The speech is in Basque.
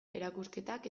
erakusketak